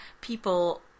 people